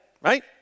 right